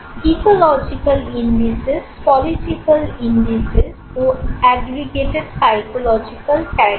ecological indices